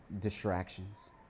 distractions